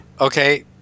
Okay